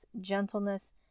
gentleness